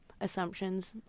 assumptions